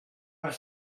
per